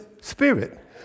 spirit